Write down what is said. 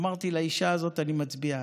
אמרתי: לאישה הזאת אני מצביע.